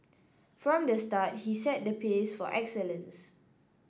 from the start he set the pace for excellence